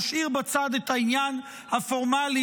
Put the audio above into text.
נשאיר בצד את העניין הפורמלי,